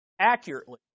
accurately